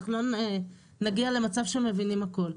אנחנו לא נגיע למצב שמבינים הכול.